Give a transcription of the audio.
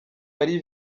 marie